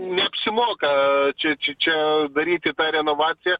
neapsimoka čia čia čia daryti tą renovaciją